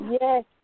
Yes